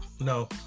No